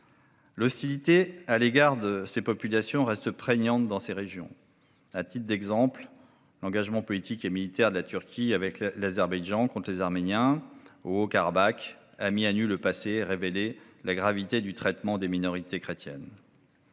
L'hostilité à l'égard de ces populations reste prégnante dans ces régions. À titre d'exemple, l'engagement politique et militaire de la Turquie avec l'Azerbaïdjan contre les Arméniens au Haut-Karabakh a mis à nu le passé et a révélé la manière, particulièrement grave,